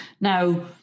Now